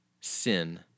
Sin